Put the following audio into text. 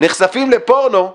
נחשפים לפורנו,